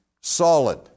solid